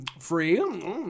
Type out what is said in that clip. free